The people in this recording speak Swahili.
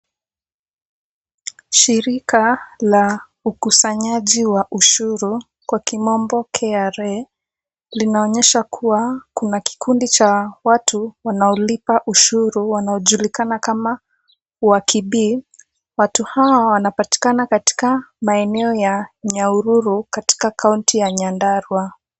Shirika la ukusanyaji wa ushuru kwa kimombo KRA linaonyesha kuwa kuna kikundi cha watu wanaolipa ushuru wanaojulikana kama Wakibi. Watu hao wanapatikana katika maeneo ya Nyahururu katika kaunti ya Nyandarua.